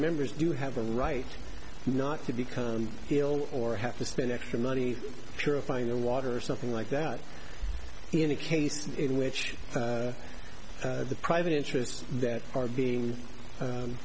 members do have a right not to become ill or have to spend extra money purifying the water or something like that in a case in which the private interests that are being